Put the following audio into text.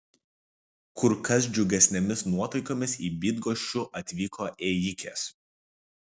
kur kas džiugesnėmis nuotaikomis į bydgoščių atvyko ėjikės